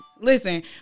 Listen